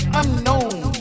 unknown